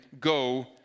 go